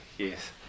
Yes